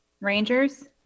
Rangers